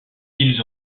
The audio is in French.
ils